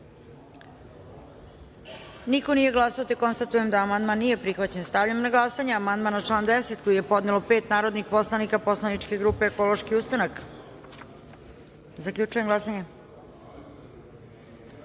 glasanje: za - niko. Konstatujem da amandman nije prihvaćen. Stavljam na glasanje amandman na član 37. koji je podnelo pet narodnih poslanika poslaničke grupe Ekološki ustanak. Zaključujem glasanje: